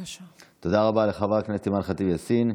תודה רבה לחבר הכנסת אימאן ח'טיב יאסין.